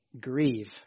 grieve